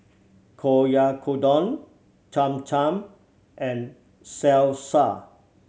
Oyakodon Cham Cham and Salsa